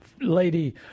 lady